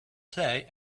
play